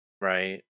Right